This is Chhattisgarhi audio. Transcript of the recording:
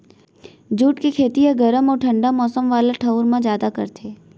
जूट के खेती ह गरम अउ ठंडा मौसम वाला ठऊर म जादा करथे